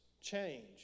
change